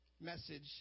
message